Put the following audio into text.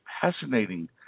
fascinating